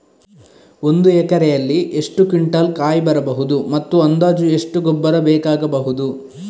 ಒಂದು ಎಕರೆಯಲ್ಲಿ ಎಷ್ಟು ಕ್ವಿಂಟಾಲ್ ಕಾಯಿ ಬರಬಹುದು ಮತ್ತು ಅಂದಾಜು ಎಷ್ಟು ಗೊಬ್ಬರ ಬೇಕಾಗಬಹುದು?